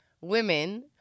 women